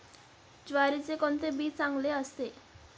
ज्वारीचे कोणते बी चांगले असते?